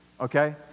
okay